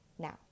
Now